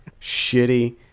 shitty